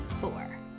four